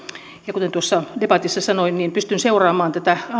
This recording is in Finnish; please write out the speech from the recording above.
ja kuten tuossa debatissa sanoin pystyn seuraamaan tätä